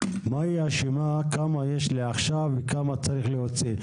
מה היא אשמה כמה יש לי עכשיו וכמה צריך להוציא?